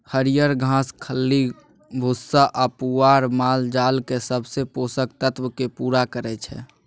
हरियर घास, खल्ली भुस्सा आ पुआर मालजालक सब पोषक तत्व केँ पुरा करय छै